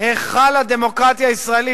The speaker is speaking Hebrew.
"היכל הדמוקרטיה הישראלית",